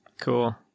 Cool